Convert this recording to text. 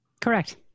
Correct